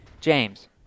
James